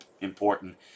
important